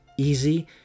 easy